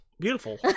beautiful